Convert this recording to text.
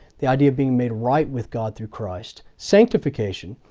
the idea of being made right with god through christ sanctification,